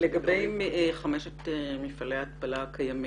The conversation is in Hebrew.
לגבי חמשת מפעלי ההתפלה הקיימים,